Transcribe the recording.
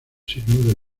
signo